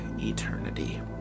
eternity